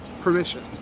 permission